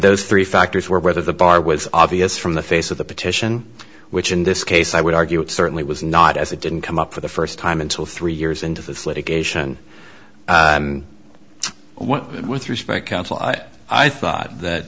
those three factors were whether the bar was obvious from the face of the petition which in this case i would argue it certainly was not as it didn't come up for the first time until three years into this litigation when with respect counsel i thought that